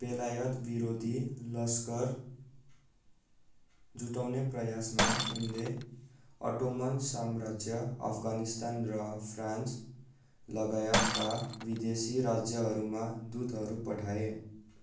बेलायत विरोधी लश्कर जुटाउने प्रयासमा उनले अटोमन साम्राज्य अफगानिस्तान र फ्रान्स लगायतका विदेशी राज्यहरूमा दूतहरू पठाए